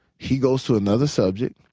he goes to another subject.